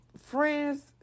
friends